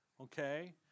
okay